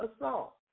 assault